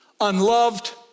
unloved